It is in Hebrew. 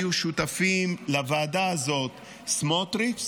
היו שותפים בוועדה הזאת סמוטריץ',